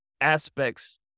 aspects